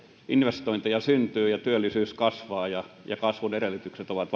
investointeja syntyy ja työllisyys kasvaa ja ja kasvun edellytykset ovat